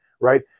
right